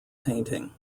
painting